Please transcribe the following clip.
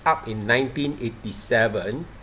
up in nineteen eighty seven